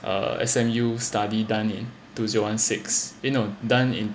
uh S_M_U study done in two zero one six eh no done in